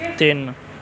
ਤਿੰਨ